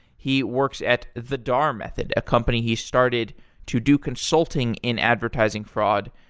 he works at the dhar method, a company he started to do consulting in advertising fraud,